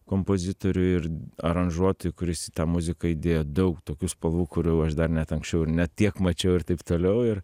kompozitoriui ir aranžuotojui kuris muziką įdėjo daug tokių spalvų kurių aš dar net anksčiau ir ne tiek mačiau ir taip toliau ir